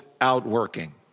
outworking